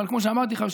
אבל כמו שאמרתי לך,